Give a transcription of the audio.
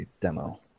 demo